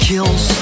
Kills